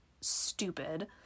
stupid